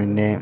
പിന്നെ